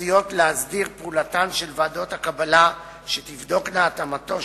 מציעות להסדיר פעולתן של ועדות הקבלה שתבדוקנה התאמתו